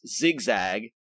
zigzag